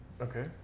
Okay